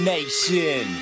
Nation